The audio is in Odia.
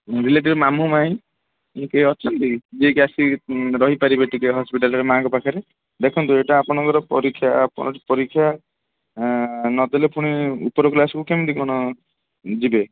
ରିଲେଟିଭ ମାମୁଁ ମାଇଁ କିଏ ଅଛନ୍ତି ଯିଏକି ଆସି ରହିପାରିବେ ଟିକେ ହସ୍ପିଟାଲରେ ମାଆଙ୍କ ପାଖରେ ଦେଖନ୍ତୁ ଏଇଟା ଆପଣଙ୍କର ପରୀକ୍ଷା ପରୀକ୍ଷା ନଦେଲେ ଫୁଣି ଉପର କ୍ଲାସ କୁ କେମିତି କ'ଣ ଯିବେ